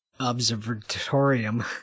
observatorium